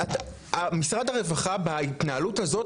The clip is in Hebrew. משרד הרווחה בהתנהלות הזאת,